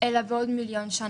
אלא בעוד מיליון שנים.